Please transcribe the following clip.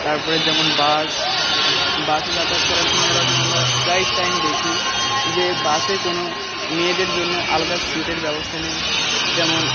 তারপরে যেমন বাস বাসে যাতায়াত করার সময় এরকম আমরা প্রায় টাইম দেখি যে বাসে কোনো মেয়েদের জন্য আলাদা সিটের ব্যবস্থা নেই তেমন